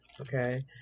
okay